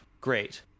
great